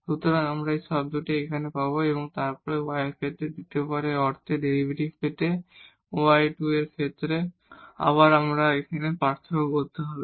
সুতরাং আমরা এই টার্মটি এখানে পাবো এবং তারপরে y এর ক্ষেত্রে দ্বিতীয়বারের অর্থে ডেরিভেটিভ পেতে y এর ক্ষেত্রে আমাদের আবারও এই পার্থক্য করতে হবে